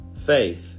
faith